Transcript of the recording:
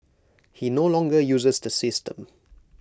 he no longer uses the system